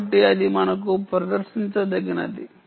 కాబట్టి అది మనకు ప్రదర్శించదగినది